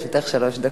לרשותך שלוש דקות.